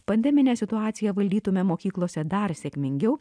pandeminę situaciją valdytume mokyklose dar sėkmingiau